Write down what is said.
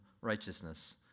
righteousness